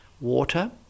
water